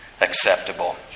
acceptable